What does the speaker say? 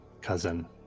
cousin